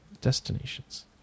Destinations